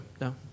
no